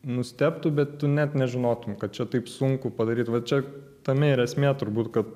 nustebtų bet tu net nežinotum kad čia taip sunku padaryt va čia tame ir esmė turbūt kad